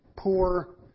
poor